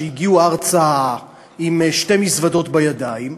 שהגיעו ארצה עם שתי מזוודות בידיים,